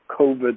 COVID